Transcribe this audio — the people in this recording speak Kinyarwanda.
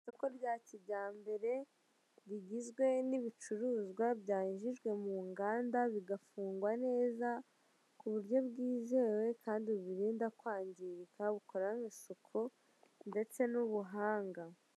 Isoko rya kijyambere rigizwe n' ibicuruzwa byanyujijwe mu nganda bigafungwa neza kuburyo bwizewe kandi bubirinda kwangirika bukoranwe isuku ndetse n' ubuhanga.